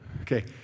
Okay